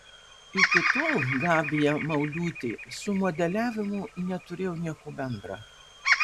iki tol gabija mauliūtė su modeliavimu neturėjo nieko bendra